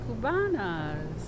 Cubanas